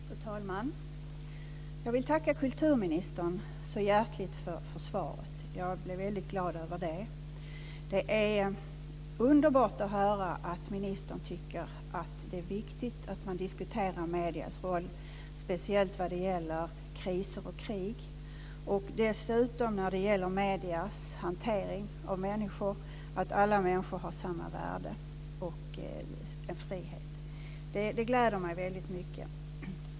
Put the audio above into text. Fru talman! Jag vill tacka kulturministern så hjärtligt för svaret. Jag blev väldigt glad över det. Det är underbart att höra att ministern tycker att det är viktigt att man diskuterar mediernas roll, speciellt när det gäller kriser och krig och dessutom när det gäller mediernas hantering av människor, som ju alla har samma värde och rätt till frihet. Det gläder mig väldigt mycket.